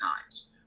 times